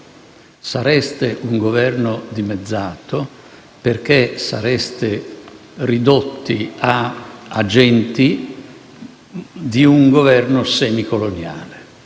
sareste un Governo dimezzato perché sareste ridotti ad agenti di un Governo semicoloniale.